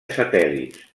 satèl·lits